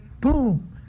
boom